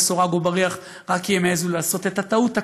סורג ובריח רק כי הם העזו לעשות את הטעות,